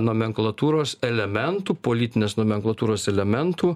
nomenklatūros elementų politinės nomenklatūros elementų